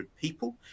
people